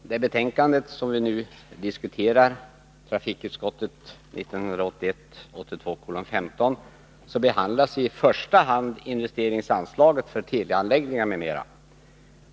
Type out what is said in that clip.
Herr talman! I det betänkande som vi nu diskuterar — trafikutskottets betänkande 1981/82:15 — behandlas i första hand investeringsanslaget för teleanläggningar m.m.